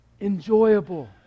enjoyable